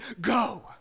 Go